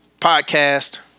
podcast